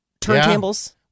turntables